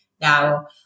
now